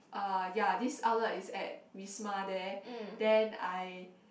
uh ya this outlet is at Wisma there then I